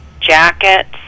jackets